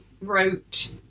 wrote